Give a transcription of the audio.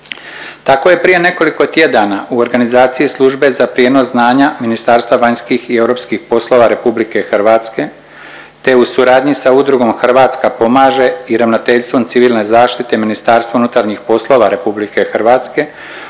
Tako je prije nekoliko tjedana u organizaciji Službe za prijenos znanja Ministarstva vanjskih i europskih poslova RH te u suradnji sa udrugom Hrvatska pomaže i Ravnateljstvom civilne zaštite Ministarstva unutarnjih poslova RH od 23. rujna